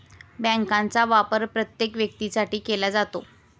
बँकांचा वापर प्रत्येक व्यक्तीसाठी केला जातो